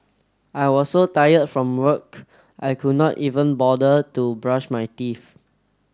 I was so tired from work I could not even bother to brush my teeth